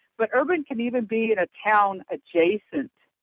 but, urban can even be in a town adjacent